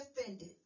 offended